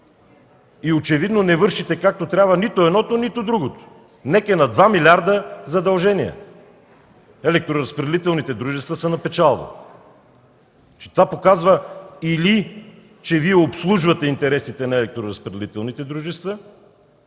Очевидно не вършите както трябва нито едното, нито другото. НЕК е на 2 млрд. лв. задължения, а електроразпределителните дружества са на печалба. Това показва, че или Вие обслужвате интересите на електроразпределителните дружества,